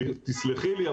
תסלחי לי,